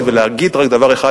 אין כמו עובדי הכנסת,